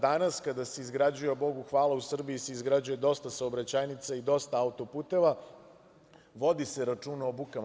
Danas kada se izgrađuje, a Bogu hvala u Srbiji se izgrađuje dosta saobraćajnica i dosta autoputeva, vodi se računa o bukama.